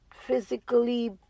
physically